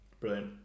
brilliant